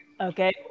Okay